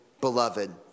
beloved